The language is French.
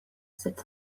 sept